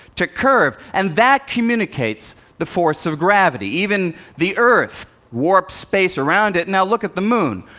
to curve. and that communicates the force of gravity. even the earth warps space around it. now look at the moon.